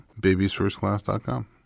Babiesfirstclass.com